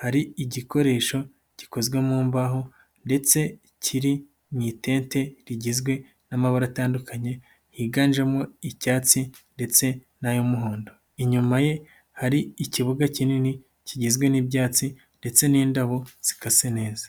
hari igikoresho gikozwe mu mbaho ndetse kiri mu itente rigizwe n'amabara atandukanye, higanjemo icyatsi ndetse n'ay'umuhondo. Inyuma ye hari ikibuga kinini kigizwe n'ibyatsi, ndetse n'indabo zikase neza.